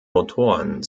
motoren